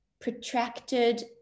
protracted